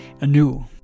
anew